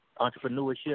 Entrepreneurship